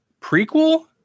prequel